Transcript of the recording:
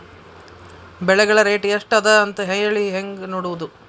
ಬೆಳೆಗಳ ರೇಟ್ ಎಷ್ಟ ಅದ ಅಂತ ಹೇಳಿ ಹೆಂಗ್ ನೋಡುವುದು?